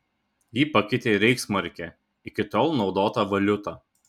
ji pakeitė reichsmarkę iki tol naudotą valiutą